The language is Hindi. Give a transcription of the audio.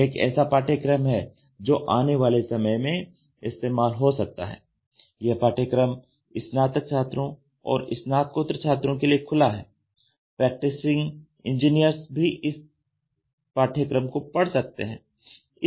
यह एक ऐसा पाठ्यक्रम है जो आने वाले समय में इस्तेमाल हो सकता है यह पाठ्यक्रम स्नातक छात्रों और स्नातकोत्तर छात्रों के लिए खुला है प्रैक्टिसिंग इंजीनियर्स भी इस पाठ्यक्रम को पढ़ सकते हैं